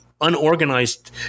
unorganized